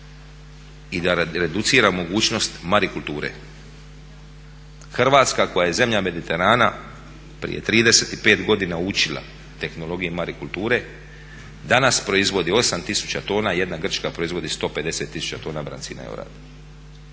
i da reducira mogućnost marikulture. Hrvatska koja je zemlja mediterana prije 35 godina učila tehnologije marikulture danas proizvodi 8 tisuća tona a jedna Grčka proizvodi 150 tisuća tona brancina i orade.